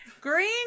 green